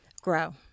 grow